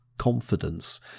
confidence